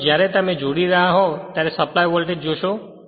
પરંતુ જ્યારે તમે જોડી રહ્યા હોવ ત્યારે સપ્લાય વોલ્ટેજ જોશો